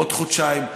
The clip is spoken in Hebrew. עוד חודשיים,